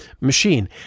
machine